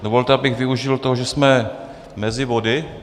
Dovolte, abych využil toho, že jsme mezi body.